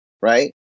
right